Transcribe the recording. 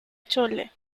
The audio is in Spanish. chole